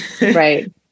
Right